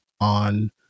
on